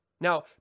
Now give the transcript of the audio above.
Now